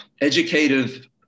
educative